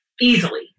easily